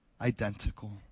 identical